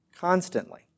Constantly